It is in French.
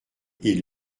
ils